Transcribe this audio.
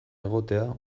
egotea